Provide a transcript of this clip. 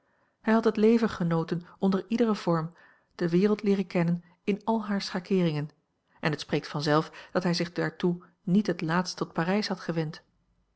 hij had het leven genoten onder iederen vorm de wereld leeren kennen in al hare a l g bosboom-toussaint langs een omweg schakeeringen en het spreekt vanzelf dat hij zich daartoe niet het laatst tot parijs had gewend